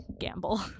gamble